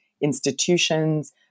institutions